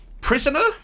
Prisoner